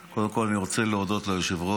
קודם כול, אני רוצה להודות ליושב-ראש